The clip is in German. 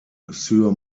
sur